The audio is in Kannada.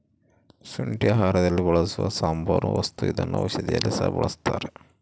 ಶುಂಠಿ ಆಹಾರದಲ್ಲಿ ಬಳಸುವ ಸಾಂಬಾರ ವಸ್ತು ಇದನ್ನ ಔಷಧಿಯಲ್ಲಿ ಸಹ ಬಳಸ್ತಾರ